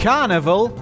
Carnival